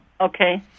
Okay